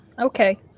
Okay